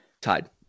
Tied